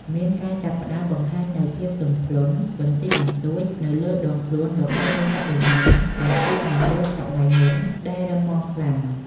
មានការចាប់ផ្ដើមបង្ហាញនូវ ភាពទន់ភ្លន់ បន្តិចបន្តួចនៅលើដងខ្លួនរបស់រូបបដិមា បើធៀបនឹងរូបសម័យមុនដែលរឹងម៉ាំខ្លាំង។